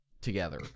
together